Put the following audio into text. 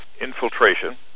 infiltration